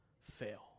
fail